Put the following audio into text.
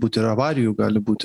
būti ir avarijų gali būt